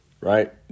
right